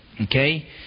Okay